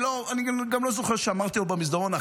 אני גם לא זוכר שאמרתי לו במסדרון,